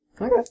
Okay